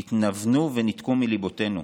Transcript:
נתנוונו וניתקו מליבותנו.